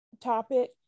topic